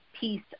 piece